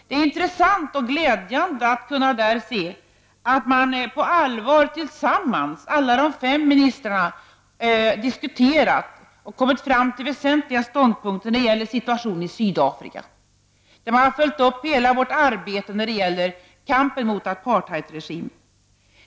Det är intressant och glädjande att se att alla de fem ministrarna tillsammans på allvar har kunnat diskutera och komma fram till väsentliga ståndpunkter i fråga om situationen i Sydafrika och kunnat följa upp hela vårt arbete när det gäller kampen mot apartheidregimen.